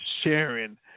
sharing